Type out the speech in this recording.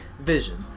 Vision